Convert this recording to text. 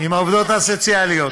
עם העובדות הסוציאליות.